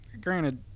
granted